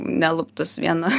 neluptus vieną